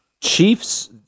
Chiefs